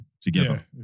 Together